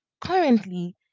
currently